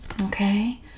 okay